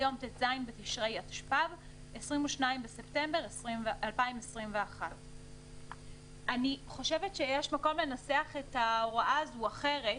ליום ט"ז בתשרי התשפ"ב (22 בספטמבר 2021)". אני חושבת שיש מקום לנסח את ההוראה הזאת אחרת.